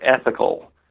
ethical